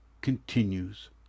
continues